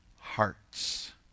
hearts